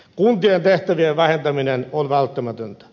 kuntien tehtävien vähentäminen on välttämätöntä